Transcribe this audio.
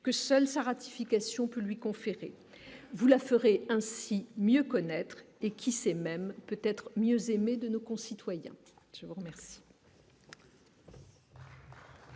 que seule sa ratification peut lui conférer vous la ferait ainsi mieux connaître et qui s'est même peut-être mieux aimé de nos concitoyens, je vous remercie.